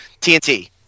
TNT